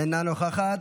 אינה נוכחת,